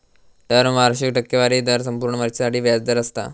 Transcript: term वार्षिक टक्केवारी दर संपूर्ण वर्षासाठी व्याज दर असता